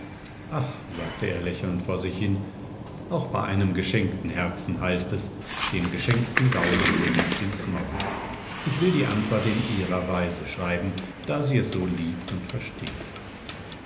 ach sagte er lächelnd vor sich hin auch bei einem geschenkten herzen heißt es dem geschenkten gaul sieh nicht ins maul ich will die antwort in ihrer weise schreiben da sie es so liebt und versteht